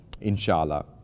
Inshallah